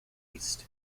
east